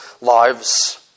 lives